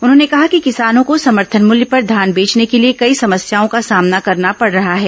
उन्होंने कहा कि किसानों को समर्थन मूल्य पर धान बेचने के लिए कई समस्याओं का सामना करना पड़ रहा है